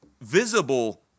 visible